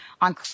on